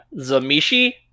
Zamishi